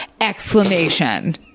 Exclamation